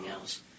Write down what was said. else